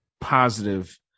positive